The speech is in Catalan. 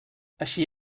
així